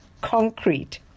concrete